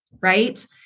right